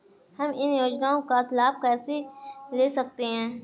हम इन योजनाओं का लाभ कैसे ले सकते हैं?